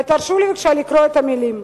ותרשו לי בבקשה לקרוא את המלים: